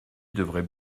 devraient